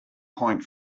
point